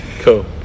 cool